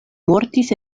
mortis